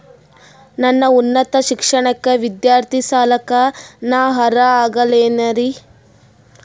ನನ್ನ ಉನ್ನತ ಶಿಕ್ಷಣಕ್ಕ ವಿದ್ಯಾರ್ಥಿ ಸಾಲಕ್ಕ ನಾ ಅರ್ಹ ಆಗೇನೇನರಿ?